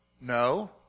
no